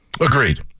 Agreed